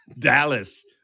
Dallas